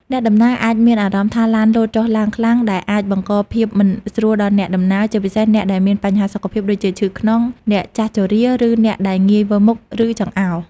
អ្នកដំណើរអាចមានអារម្មណ៍ថាឡានលោតចុះឡើងខ្លាំង ដែលអាចបង្កភាព មិនស្រួលដល់អ្នកដំណើរ ជាពិសេសអ្នកដែលមានបញ្ហាសុខភាពដូចជាឈឺខ្នង អ្នកចាស់ជរា ឬអ្នកដែលងាយវិលមុខ ឬចង្អោរ។